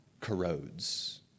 corrodes